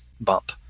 bump